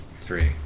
Three